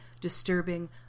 disturbing